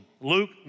Luke